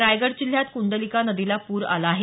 रायगड जिल्ह्यात कुंडलिका नदीला पूर आला आहे